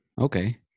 Okay